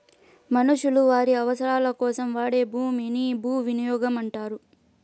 మనుషులు వారి అవసరాలకోసం వాడే భూమిని భూవినియోగం అంటారు